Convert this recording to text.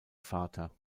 vater